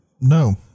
No